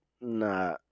Nah